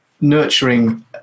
nurturing